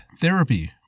therapy